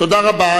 תודה רבה.